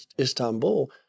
Istanbul